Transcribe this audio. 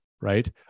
right